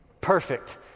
Perfect